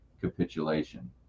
capitulation